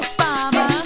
Obama